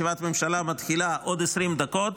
ישיבת הממשלה מתחילה בעוד 20 דקות,